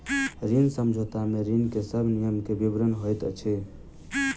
ऋण समझौता में ऋण के सब नियम के विवरण होइत अछि